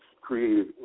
created